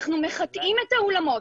אנחנו מחטאים את האולמות.